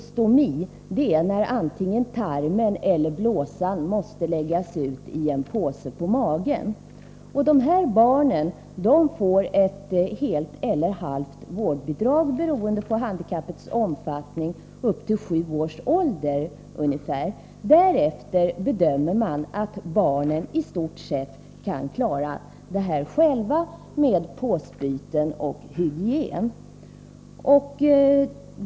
Stomi betyder att antingen tarmen eller blåsan måste läggas ut i en påse på magen. Dessa barn får ett helt eller halvt vårdbidrag, beroende på handikappets omfattning, upp till ungefär sju års ålder. Därefter bedömer man att barnen i stort sett kan klara påsbyten och hygienen själva.